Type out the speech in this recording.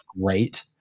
great